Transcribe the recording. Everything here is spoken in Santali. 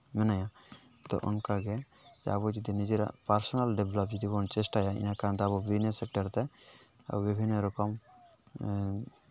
ᱢᱟᱱᱮ ᱚᱱᱠᱟᱜᱮ ᱟᱵᱚ ᱡᱤᱫᱤ ᱱᱤᱡᱮᱨᱟᱜ ᱯᱟᱨᱥᱚᱱᱟᱞ ᱰᱮᱵᱷᱞᱚᱯ ᱡᱩᱫᱤ ᱵᱚᱱ ᱪᱮᱥᱴᱟᱭᱟ ᱤᱱᱟᱹᱠᱷᱟᱱ ᱫᱚ ᱟᱵᱚ ᱵᱤᱱᱟᱹ ᱥᱮᱠᱴᱚᱨ ᱛᱮ ᱟᱵᱚ ᱵᱤᱵᱷᱤᱱᱱᱚ ᱨᱚᱠᱚᱢ